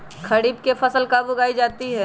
खरीफ की फसल कब उगाई जाती है?